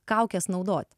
kaukes naudoti